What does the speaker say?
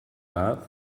love